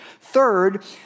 Third